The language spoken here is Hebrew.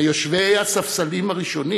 מיושבי הספסלים הראשונים